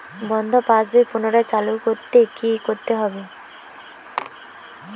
বন্ধ পাশ বই পুনরায় চালু করতে কি করতে হবে?